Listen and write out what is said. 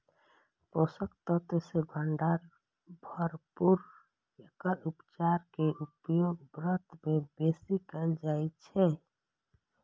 पोषक तत्व सं भरपूर एकर चाउर के उपयोग व्रत मे बेसी कैल जाइ छै